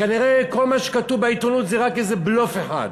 וכנראה כל מה שכתוב בעיתונות זה רק איזה בלוף אחד.